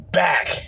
back